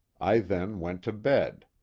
i then went to bed.